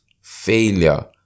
Failure